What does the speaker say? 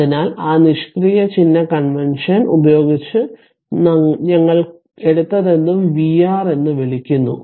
അതിനാൽ ആ നിഷ്ക്രിയ ചിഹ്ന കൺവെൻഷൻ ഉപയോഗിച്ചു ഞങ്ങൾ എടുത്തതെന്തും vR എന്ന് വിളിക്കുന്നു